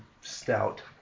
stout